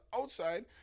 outside